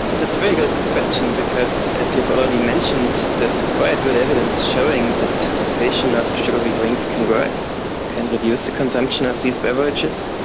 that's a very good question because, as you've already mentioned, there's quite good evidence showing that taxation of sugary drinks can work, it can reduce the consumption of these beverages,